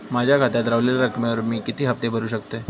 माझ्या खात्यात रव्हलेल्या रकमेवर मी किती हफ्ते भरू शकतय?